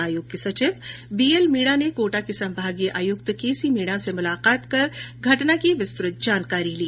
आयोग के संचिव बीएल मीणा ने कोटा के संभागीय आयुक्त के सी मीणा से मुलाकात कर घटना की विस्तृत जानकारी ली